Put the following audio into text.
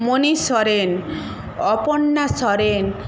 Moni Soren Aparna Soren